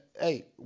hey